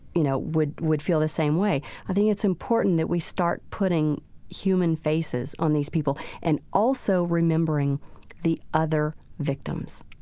you know, would would feel the same way. i think it's important that we start putting human faces on these people and also remembering the other victims,